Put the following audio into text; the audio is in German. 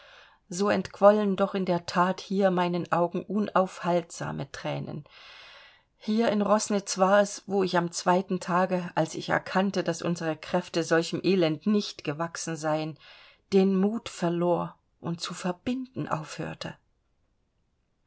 so entquollen doch in der that hier meinen augen unaufhaltsame thränen hier in roßnitz war es wo ich am zweiten tage als ich erkannte daß unsere kräfte solchem elend nicht gewachsen seien den mut verlor und zu verbinden aufhörte